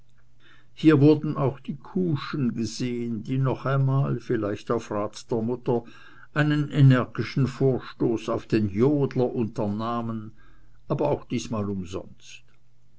hier wurden auch die kuhschen gesehen die noch einmal vielleicht auf rat der mutter einen energischen vorstoß auf den jodler unternahmen aber auch diesmal umsonst